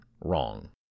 wrong